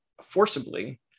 forcibly